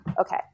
okay